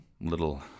little